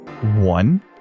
one